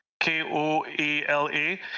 K-O-A-L-A